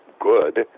good